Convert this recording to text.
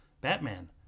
Batman